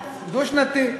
דו-שנתי.